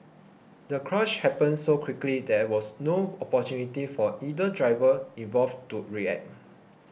the crash happened so quickly there was no opportunity for either driver involved to react